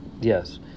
yes